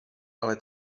ale